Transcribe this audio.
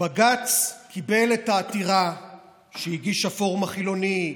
בג"ץ קיבל את העתירה שהגישו הפורום החילוני,